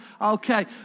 Okay